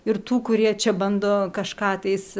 ir tų kurie čia bando kažkatais